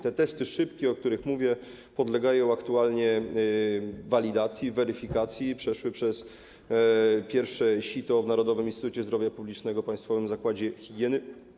Te szybkie testy, o których mówię, podlegają aktualnie walidacji, weryfikacji i przeszły przez pierwsze sito w Narodowym Instytucie Zdrowia Publicznego - Państwowym Zakładzie Higieny.